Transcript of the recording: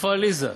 איפה עליזה?